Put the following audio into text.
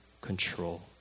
control